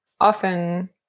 Often